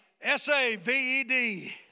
S-A-V-E-D